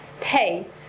pay